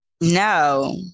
No